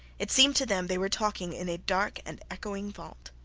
it seemed to them they were talking in a dark and echoing vault.